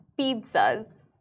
pizzas